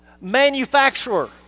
manufacturer